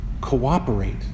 cooperate